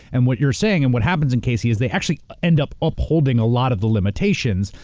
and what you're saying, and what happens in casey, is they actually end up upholding a lot of the limitations,